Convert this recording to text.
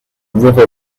river